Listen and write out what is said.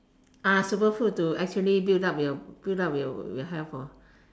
ah super food to actually build up your build up your your health hor